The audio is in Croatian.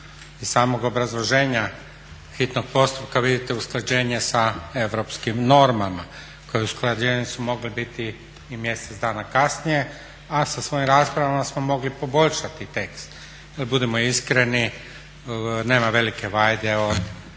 Iz samog obrazloženja hitnog postupka vidite usklađenje sa europskim normama koje usklađenje su mogle biti i mjesec dana kasnije, a sa svojim raspravama smo mogli poboljšati tekst. Jer budimo iskreni nema velike vajde od